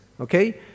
okay